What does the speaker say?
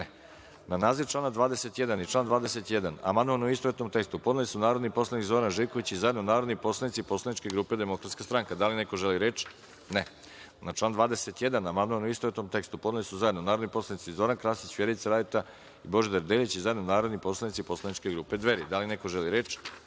(Ne)Na naziv člana 39. i član 39. amandman, u istovetnom tekstu, podneli su narodni poslanik Zoran Živković, i zajedno narodni poslanici Poslaničke grupe DS.Da li neko želi reč? (Ne)Na član 39. amandman, u istovetnom tekstu, podneli su zajedno narodni poslanici Zoran Krasić, Vjerica Radeta i Božidar Delić, i zajedno narodni poslanici Poslaničke grupe Dveri. Da li neko želi reč?